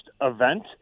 event